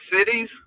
cities